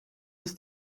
ist